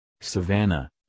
savannah